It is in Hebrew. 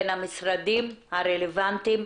בין המשרדים הרלבנטיים,